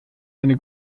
seine